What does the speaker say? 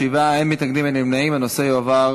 ההצעה להעביר